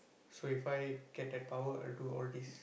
so if I get that power I will do all this